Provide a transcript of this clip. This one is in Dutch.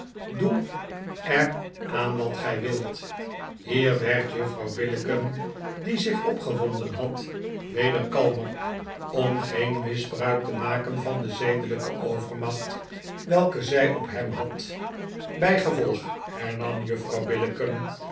doe er aan wat ge wilt hier werd juffrouw billicken die zich opgewonden had weder kalmer om geen misbruik te maken van de zedelgke overmacht welke zg op hem had bg gevolg hernam juffrouw